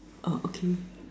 okay